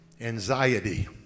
anxiety